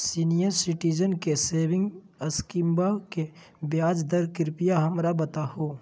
senior citizen के saving स्कीमवा के ब्याज दर कृपया हमरा बताहो